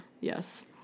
Yes